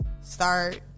start